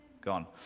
Gone